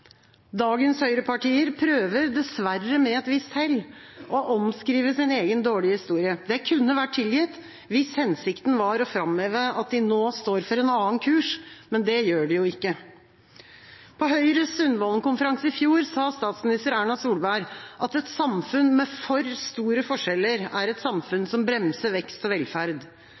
Dagens høyrepartier prøver, dessverre med et visst hell, å omskrive sin egen dårlige historie. Det kunne vært tilgitt, hvis hensikten var å framheve at de nå står for en annen kurs. Men det gjør de jo ikke. På Høyres Sundvolden-konferanse i fjor sa statsminister Erna Solberg at et samfunn med for store forskjeller er et samfunn som bremser vekst og velferd.